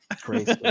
crazy